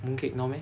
mooncake no meh